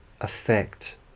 affect